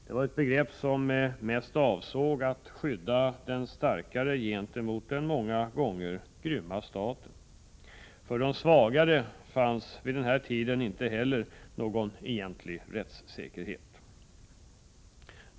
Det var ett begrepp som mest avsåg att skydda den starkare gentemot den många gånger grymma staten. För de svagare fanns vid denna tid inte heller någon egentlig rättssäkerhet.